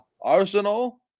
arsenal